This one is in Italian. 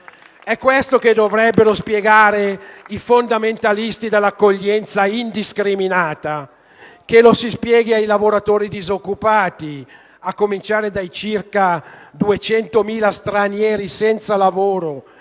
È questo che dovrebbero spiegare i fondamentalisti dell'accoglienza indiscriminata: lo si spieghi ai lavoratori disoccupati, a cominciare dai circa 200.000 stranieri senza lavoro